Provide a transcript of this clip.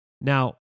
Now